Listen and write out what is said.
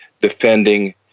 defending